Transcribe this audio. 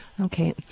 Okay